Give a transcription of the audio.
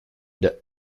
the